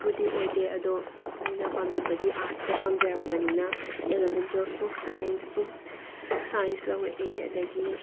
ꯕꯨꯗꯤ ꯑꯣꯗꯦ ꯑꯗꯣ ꯑꯩꯅ ꯄꯥꯝꯖꯕꯗꯤ ꯑꯥꯔꯠꯁꯇ ꯄꯥꯝꯖꯔꯛꯄꯅꯤꯅ ꯑꯦꯂꯦꯚꯦꯟ ꯇꯨꯌꯦꯜꯐ ꯄꯨꯛ ꯁꯥꯏꯟꯁ ꯄꯨꯛ ꯁꯥꯏꯟꯁ ꯂꯧꯔꯛꯑꯦ ꯑꯗꯒꯤ